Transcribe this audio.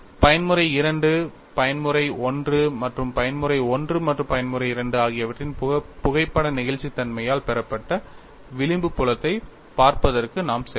பயன்முறை II பயன்முறை I மற்றும் பயன்முறை I மற்றும் பயன்முறை II ஆகியவற்றின் புகைப்பட நெகிழ்ச்சித் தன்மையால் பெறப்பட்ட விளிம்பு புலத்தைப் பார்ப்பதற்கு நாம் சென்றோம்